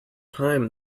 time